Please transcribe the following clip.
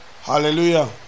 Hallelujah